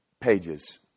pages